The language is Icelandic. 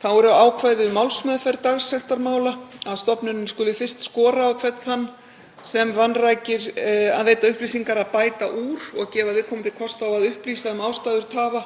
Þá eru ákvæði um málsmeðferð dagsektarmála, að stofnunin skuli fyrst skora á hvern þann sem vanrækir að veita upplýsingar að bæta úr og gefa viðkomandi kost á að upplýsa um ástæður tafa